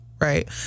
right